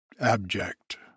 abject